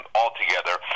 altogether